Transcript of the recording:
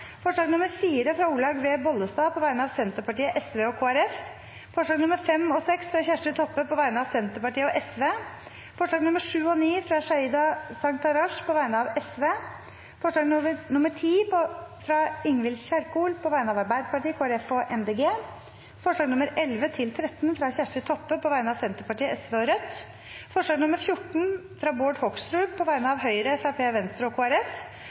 forslag nr. 4, fra Olaug V. Bollestad på vegne av Senterpartiet, Sosialistisk Venstreparti og Kristelig Folkeparti forslagene nr. 5 og 6, fra Kjersti Toppe på vegne av Senterpartiet og Sosialistisk Venstreparti forslagene nr. 7 og 9, fra Sheida Sangtarash på vegne av Sosialistisk Venstreparti forslag nr. 10, fra Ingvild Kjerkol på vegne av Arbeiderpartiet, Kristelig Folkeparti og Miljøpartiet De Grønne forslagene nr. 11–13, fra Kjersti Toppe på vegne av Senterpartiet, Sosialistisk Venstreparti og Rødt forslag nr. 14, fra Bård Hoksrud på vegne av Høyre, Fremskrittspartiet, Venstre og